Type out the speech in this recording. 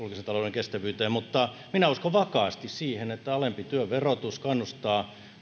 kestävyyteen mutta minä uskon vakaasti siihen että alempi työn verotus kannustaa